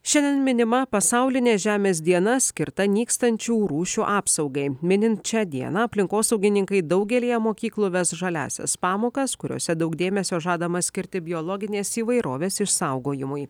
šiandien minima pasaulinė žemės diena skirta nykstančių rūšių apsaugai minint šią dieną aplinkosaugininkai daugelyje mokyklų ves žaliąsias pamokas kuriose daug dėmesio žadama skirti biologinės įvairovės išsaugojimui